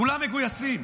כולם מגויסים.